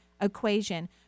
equation